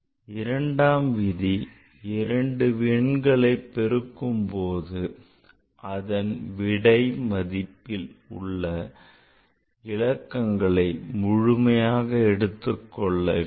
இரண்டாம் விதி இரண்டு எண்களை பெருக்கும் போது அதன் விடை மதிப்பில் உள்ள இலக்கங்களை முழுமையாக எடுத்துக் கொள்ள வேண்டும்